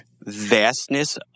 vastness